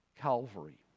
Calvary